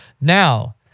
Now